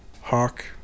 Hawk